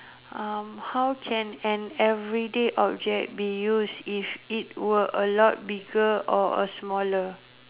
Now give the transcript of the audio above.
uh how can an everyday object be used if it were a lot bigger or a smaller